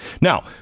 Now